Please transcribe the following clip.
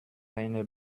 einer